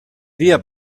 dia